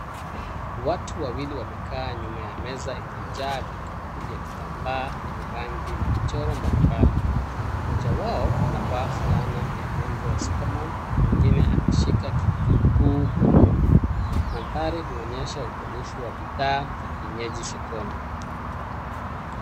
Watu wawili wamekaa nyuma ya meza ikijaa vikuku vya kitambaa yenye rangi na michoro mbalimbali. Mmoja wao, anavaa fulana ya nebo ya superman ,mwingine anashika kikuku mkononi. Mandhari huonyesha ubunifu wa bidhaa za kienyeji sokoni.